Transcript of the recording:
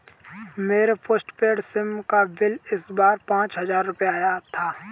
मेरे postpaid sim का bill इस बार पाँच हजार रुपए आया था